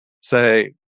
say